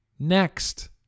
Next